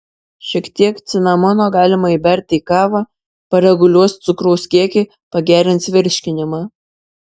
šiek tiek cinamono galima įberti į kavą pareguliuos cukraus kiekį pagerins virškinimą